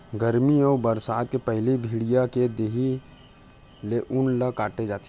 गरमी अउ बरसा के पहिली भेड़िया के देहे ले ऊन ल काटे जाथे